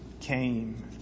came